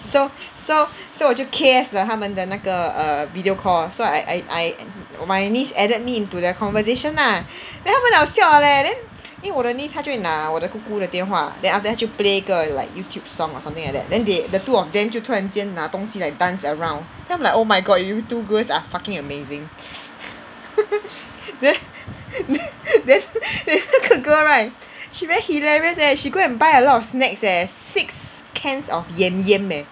so so so 我就 K_S 了她们的那个 err video call so I I I my niece added me into their conversation lah then 她们很好笑 leh then 因为我的 niece 她就会拿我的姑姑的电话 then after that 她就 play 一个 like YouTube song or something like that then they the two of them 突然间拿东西来 dance around then I'm like oh my god you two girls are fucking amazing then then then then 那个 girl right she very hilarious eh she go and buy a lot of snacks eh six cans of Yam Yam eh